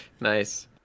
Nice